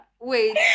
Wait